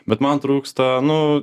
bet man trūksta nu